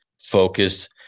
focused